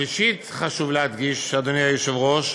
שלישית, חשוב להדגיש, אדוני היושב-ראש,